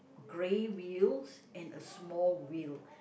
grey wheels and a small wheel